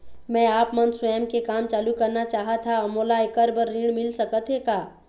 मैं आपमन स्वयं के काम चालू करना चाहत हाव, मोला ऐकर बर ऋण मिल सकत हे का?